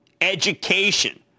education